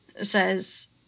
says